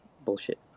bullshit